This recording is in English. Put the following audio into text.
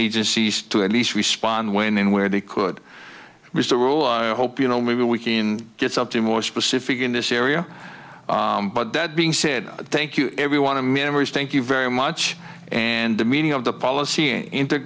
agencies to at least respond when and where they could reach the rule i hope you know maybe we can get something more specific in this area but that being said thank you everyone to memorise thank you very much and the meeting of the policy in